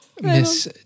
Miss